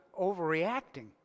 overreacting